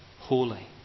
Holy